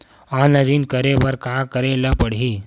Online ऋण करे बर का करे ल पड़हि?